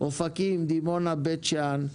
אופקים, דימונה, בית שאן,